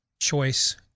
choice